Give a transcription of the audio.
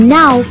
now